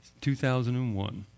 2001